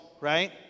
right